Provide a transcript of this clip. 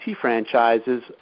franchises